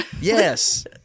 Yes